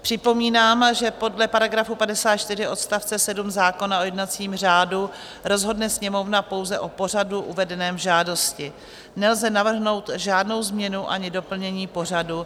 Připomínám, že podle § 54 odst. 7 zákona o jednacím řádu rozhodne Sněmovna pouze o pořadu uvedeném v žádosti, nelze navrhnout žádnou změnu ani doplnění pořadu.